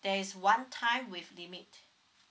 there's one time with limit